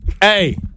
Hey